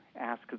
ask